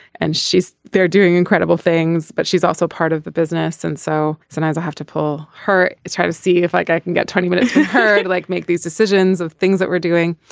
and she's there doing incredible things. but she's also part of the business and so sometimes i have to pull her. it's hard to see if like i can get twenty minutes to like make these decisions of things that we're doing.